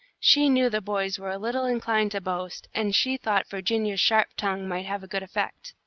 she knew the boys were a little inclined to boast, and she thought virginia's sharp tongue might have a good effect.